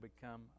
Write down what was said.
become